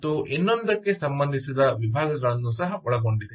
ಮತ್ತು ಇನ್ನೊಂದಕ್ಕೆ ಸಂಬಂಧಿಸಿದ ವಿಭಾಗಗಳನ್ನು ಸಹ ಒಳಗೊಂಡಿದೆ